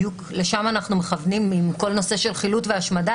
חבר הכנסת רוטמן עמד על כך שלנוכח השינוי שעומד להיות בחודש יולי,